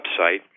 website